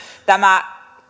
tämä